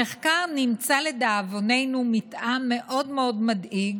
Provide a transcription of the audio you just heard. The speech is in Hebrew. במחקר נמצא לדאבוננו מתאם מאוד מאוד מדאיג